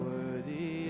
Worthy